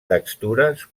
textures